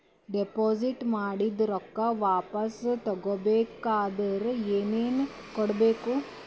Deposit ಮಾಡಿದ ರೊಕ್ಕ ವಾಪಸ್ ತಗೊಬೇಕಾದ್ರ ಏನೇನು ಕೊಡಬೇಕು?